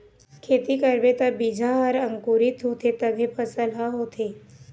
खेती करबे त बीजा ह अंकुरित होथे तभे फसल ह होथे